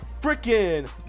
freaking